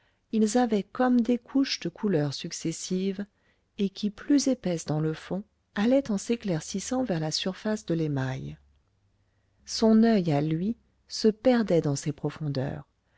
ils avaient comme des couches de couleurs successives et qui plus épaisses dans le fond allaient en s'éclaircissant vers la surface de l'émail son oeil à lui se perdait dans ces profondeurs